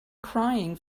crying